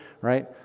right